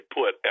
put